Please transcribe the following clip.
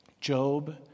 Job